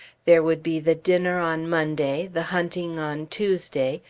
there would be the dinner on monday, the hunting on tuesday,